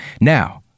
now